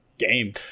game